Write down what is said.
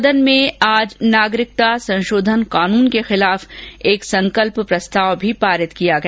सदन में आज नागरिकता संसोधन कानून के खिलाफ एक संकल्प प्रस्ताव भी पारित किया गया